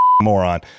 moron